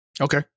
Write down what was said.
Okay